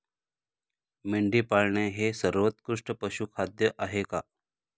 मेंढी पाळणे हे सर्वोत्कृष्ट पशुखाद्य आहे का?